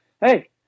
Hey